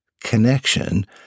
connection